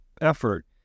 effort